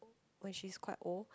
when she's quite old